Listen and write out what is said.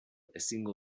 ezingo